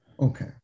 okay